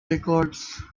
records